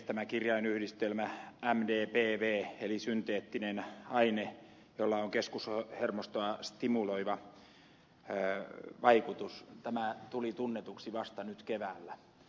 tämä kirjainyhdistelmä mdpv eli synteettinen aine jolla on keskushermostoa stimuloiva vaikutus tuli tunnetuksi vasta nyt keväällä